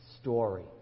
story